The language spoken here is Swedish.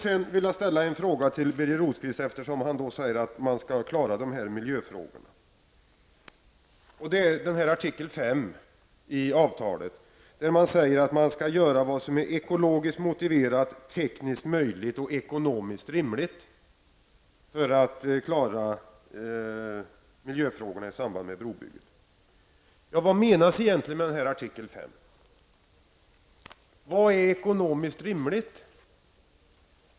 Birger Rosqvist säger att miljöfrågorna skall klaras. Det gäller artikel 5 i avtalet. Där framgår det att man skall göra vad som är ekologiskt motiverat, tekniskt möjligt och ekonomiskt rimligt för att klara miljöfrågorna i samband med brobygget. Vad menas med artikel 5? Vad är ekonomiskt rimligt?